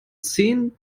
zehn